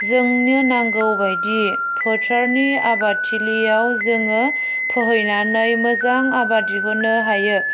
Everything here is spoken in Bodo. जोंनो नांगौबायदि फोथारनि आबादथिलियाव जोङो फोहैनानै मोजां आबाद दिहुन्नो हायो